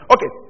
Okay